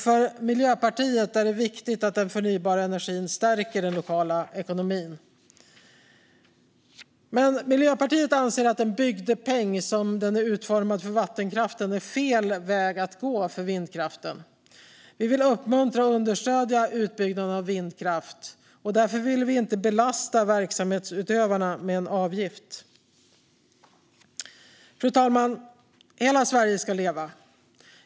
För Miljöpartiet är det viktigt att den förnybara energin stärker den lokala ekonomin. Men Miljöpartiet anser att en bygdepeng, som den är utformad för vattenkraften, är fel väg att gå för vindkraften. Vi vill uppmuntra och understödja utbyggnaden av vindkraft, och därför vill vi inte belasta verksamhetsutövarna med en avgift. Fru talman! Hela Sverige ska leva.